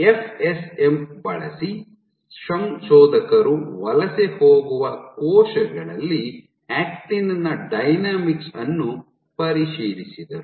FSM ಬಳಸಿ ಸಂಶೋಧಕರು ವಲಸೆ ಹೋಗುವ ಕೋಶಗಳಲ್ಲಿ ಆಕ್ಟಿನ್ ನ ಡೈನಾಮಿಕ್ಸ್ ಅನ್ನು ಪರಿಶೀಲಿಸಿದರು